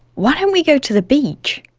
why don't we go to the beach?